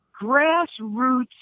grassroots